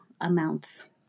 amounts